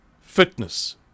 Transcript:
Fitness